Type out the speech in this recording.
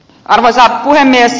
arvoisa puhemies